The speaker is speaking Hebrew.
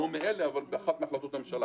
באחת מהחלטות הממשלה.